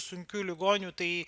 sunkių ligonių tai